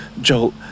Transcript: Joel